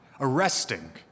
arresting